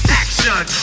action